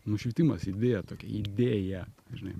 nušvitimas idėja tokia idėja žinai